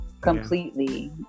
completely